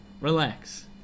relax